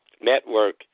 network